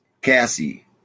cassie